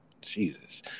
Jesus